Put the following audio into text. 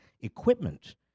equipment